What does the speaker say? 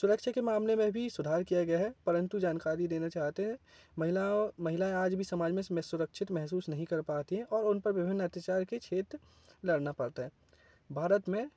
सुरक्षा के मामले में भी सुधार किया गया है परंतु जानकरी देना चाहते हैं महिलाओं महिलाएं आज भी समाज में सुरक्षित महसूस नहीं कर पाती हैं और उन पर विभिन्न अत्याचार के क्षेत्र लड़ना पड़ता है भारत में